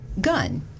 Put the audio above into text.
gun